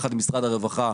יחד עם משרד הרווחה,